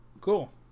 Cool